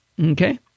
Okay